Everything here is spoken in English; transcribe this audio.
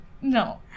No